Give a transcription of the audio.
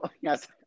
Yes